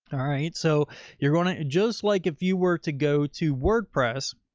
all right. so you're going to just like if you were to go to wordpress,